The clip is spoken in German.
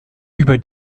über